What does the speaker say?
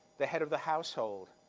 the head of the household,